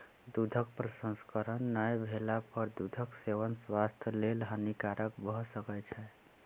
दूधक प्रसंस्करण नै भेला पर दूधक सेवन स्वास्थ्यक लेल हानिकारक भ सकै छै